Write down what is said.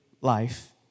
life